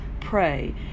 pray